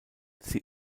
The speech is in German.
sie